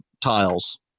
tiles